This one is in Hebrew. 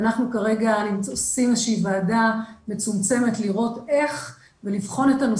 ואנחנו כרגע עושים ועדה מצומצמת כדי לבחון איך אנחנו